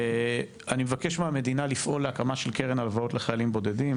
אני מבקש מהמדינה לפעול להקמה של קרן הלוואות לחיילים בודדים.